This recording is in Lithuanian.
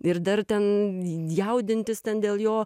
ir dar ten jaudintis dėl jo